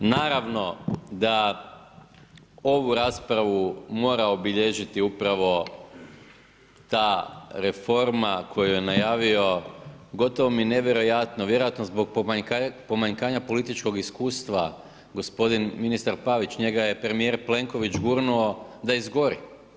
Naravno da ovu raspravu mora obilježiti upravo ta reforma, koju je najavio, gotovo mi je nevjerojatno, vjerojatno zbog pomanjkanja političkog iskustva, ministar Pavić, njega je premjer Plenković gurnuo da izgori.